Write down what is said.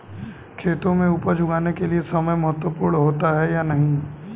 खेतों में उपज उगाने के लिये समय महत्वपूर्ण होता है या नहीं?